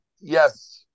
yes